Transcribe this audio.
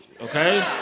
okay